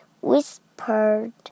whispered